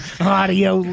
audio